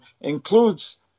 includes